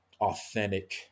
authentic